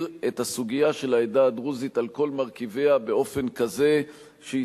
את הסוגיה של העדה הדרוזית על כל מרכיביה באופן כזה שהיא